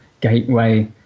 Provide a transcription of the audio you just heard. Gateway